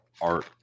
art